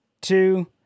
Two